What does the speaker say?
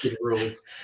rules